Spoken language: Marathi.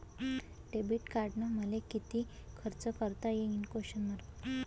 डेबिट कार्डानं मले किती खर्च करता येते?